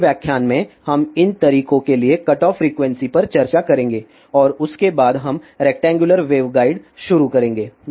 अगले व्याख्यान में हम इन तरीकों के लिए कटऑफ फ्रीक्वेंसी पर चर्चा करेंगे और उसके बाद हम रेक्टेंगुलर वेवगाइड शुरू करेंगे